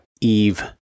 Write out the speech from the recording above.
Eve